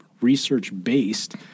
research-based